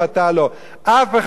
אף אחד לא חייב ללכת.